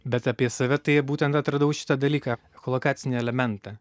bet apie save tai būtent atradau šitą dalyką echolokacinį elementą